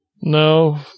No